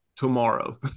Tomorrow